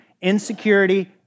insecurity